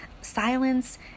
Silence